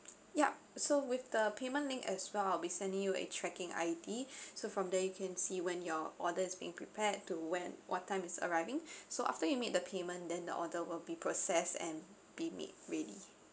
yup so with the payment link as well I'll be sending you a tracking I_D so from there you can see when your order is being prepared to when what time is arriving so after you make the payment then the order will be processed and be made ready